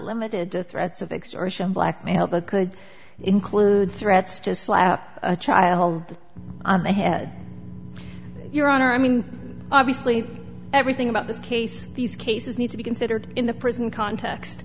limited to threats of extortion blackmail but could include threats to slap a child on the head your honor i mean obviously everything about this case these cases need to be considered in the present context